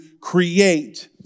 create